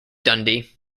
dundee